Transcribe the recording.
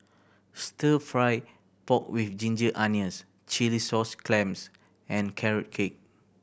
Stir Fry pork with ginger onions chilli sauce clams and Carrot Cake